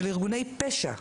של ארגוני פשע.